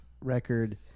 record